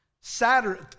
Saturday